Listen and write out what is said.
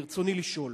ברצוני לשאול: